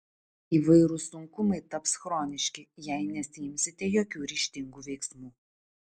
įvairūs sunkumai taps chroniški jei nesiimsite jokių ryžtingų veiksmų